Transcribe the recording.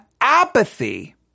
apathy